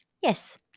yes